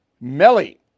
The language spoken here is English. Melly